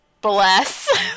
bless